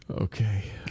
Okay